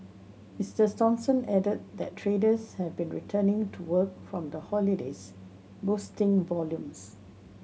Mister Thompson added that traders have been returning to work from the holidays boosting volumes